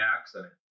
accident